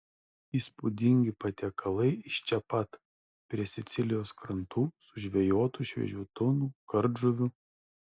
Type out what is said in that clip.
įspūdingi patiekalai iš čia pat prie sicilijos krantų sužvejotų šviežių tunų kardžuvių